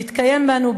ויתקיים בנו,